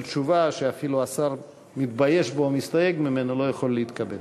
תשובה שאפילו השר מתבייש בו ומסתייג ממנו לא יכול להתקבל.